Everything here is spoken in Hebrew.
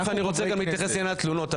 תכף אני רוצה להתייחס לתלונות.